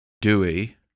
Dewey